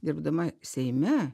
dirbdama seime